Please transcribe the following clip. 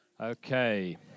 okay